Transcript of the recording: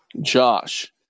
Josh